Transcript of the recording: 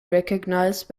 recognized